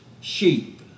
sheep